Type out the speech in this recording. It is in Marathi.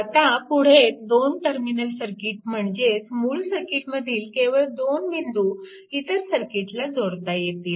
आता पुढे 2 टर्मिनल सर्किट म्हणजेच मूळ सर्किटमधील केवळ 2 बिंदू इतर सर्किटला जोडता येतील